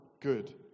good